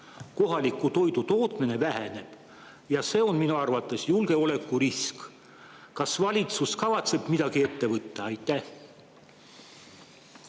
Kohaliku toidu tootmine väheneb ja see on minu arvates julgeolekurisk. Kas valitsus kavatseb midagi sellega ette võtta? Aitäh,